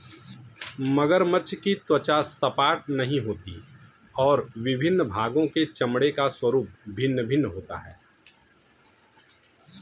मगरमच्छ की त्वचा सपाट नहीं होती और विभिन्न भागों के चमड़े का स्वरूप भिन्न भिन्न होता है